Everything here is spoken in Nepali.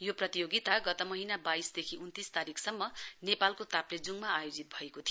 यो प्रतियोगिता गत महीना बाइसदेखि उन्नतीस तारीकसम्म नेपालको ताप्लेजुङमा आयोजित भएको थियो